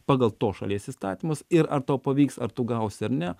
pagal tos šalies įstatymus ir ar tau pavyks ar tu gausi ar ne